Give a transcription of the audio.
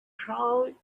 cloud